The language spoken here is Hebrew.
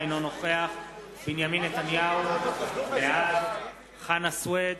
אינו נוכח בנימין נתניהו, בעד חנא סוייד,